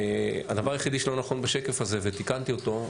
הדבר היחידי שלא נכון בשקף הזה ותיקנתי אותו,